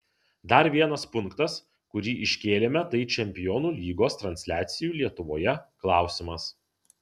dar vienas punktas kurį iškėlėme tai čempionų lygos transliacijų lietuvoje klausimas